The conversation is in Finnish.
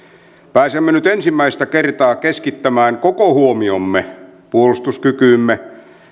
pääsemme nyt ensimmäistä kertaa keskittämään koko huomiomme puolustuskykyymme